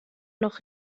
noch